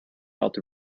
felt